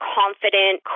confident